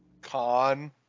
con